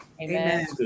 Amen